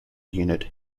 unit